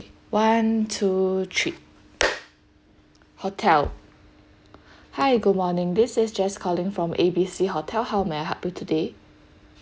one two three hotel hi good morning this is jess calling from A B C hotel how may I help you today